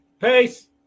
Peace